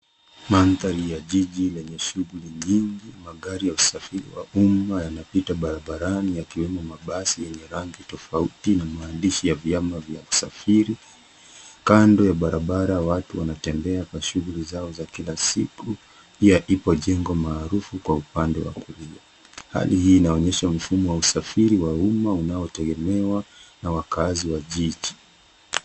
Mandhari ya jiji ina shughuli nyingi, magari ya usafiri wa umma yamepita barabarani yakiwa na mabati ya rangi tofauti pamoja na maandishi ya biashara za usafiri. Kando ya barabara, watu wanatembea wakifuatilia shughuli zao za kila siku, na upande mmoja kuna jengo maarufu. Hali hii inaonyesha mfumo wa usafiri wa umma unaotegemewa na wakazi wa jiji.